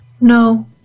no